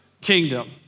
kingdom